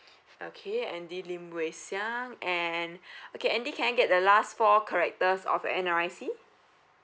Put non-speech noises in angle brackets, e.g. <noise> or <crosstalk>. okay andy lim wei xiang and <breath> okay andy can I get the last four characters of your N_R_I_C